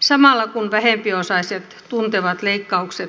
samalla kun vähempiosaiset tuntevat leikkaukset nahoissaan